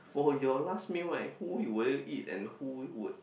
for your last meal right who will you eat and who would